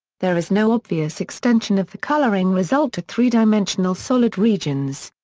there is no obvious extension of the coloring result to three-dimensional solid regions.